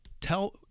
tell